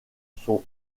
sont